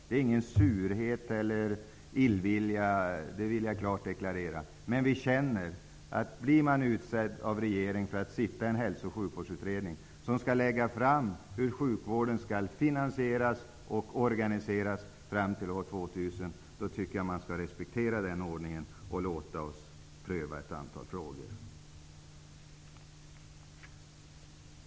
Det är ingen surhet eller illvilja, det vill jag klart deklarera. Men vi känner att blir man utsedd av regeringen för att sitta i Hälso och sjukvårdsutredningen, som skall lägga fram hur sjukvården skall finansieras och organiseras fram till år 2000, då tycker jag att man skall respektera den ordningen och låta oss pröva ett antal frågor.